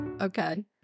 Okay